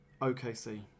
OKC